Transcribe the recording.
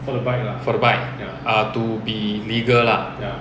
for the bike err to be legal lah